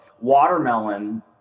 watermelon